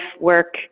work